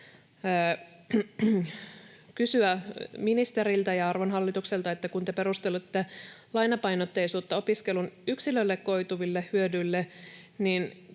kysyä ministeriltä ja arvon hallitukselta, että kun te perustelette lainapainotteisuutta opiskelun yksilölle koituville hyödyille,